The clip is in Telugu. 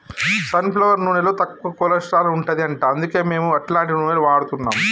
సన్ ఫ్లవర్ నూనెలో తక్కువ కొలస్ట్రాల్ ఉంటది అంట అందుకే మేము అట్లాంటి నూనెలు వాడుతున్నాం